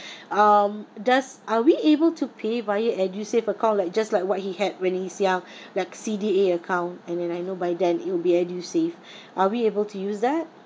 um thus are we able to pay via edusave account like just like what he had when he's young like C_D_A account and then I know by then it will be edusave are we able to use that